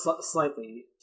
slightly